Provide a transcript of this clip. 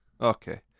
Okay